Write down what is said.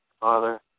Father